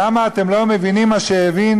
למה אתם לא מבינים מה שהבין